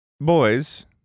Boys